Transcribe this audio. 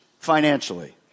financially